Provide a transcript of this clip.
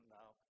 now